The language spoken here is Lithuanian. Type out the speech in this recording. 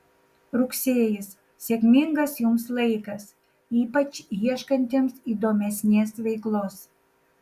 rugsėjis sėkmingas jums laikas ypač ieškantiems įdomesnės veiklos